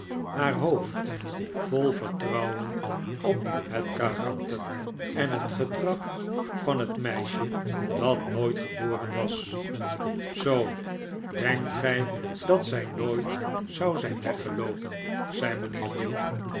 haar hoofd vol vertrouwen op het karakter en het gedrag van het meisje dat nooit geboren was zoo denkt gij dat zij nooit zou zijn weggeloopen zei mijnheer dick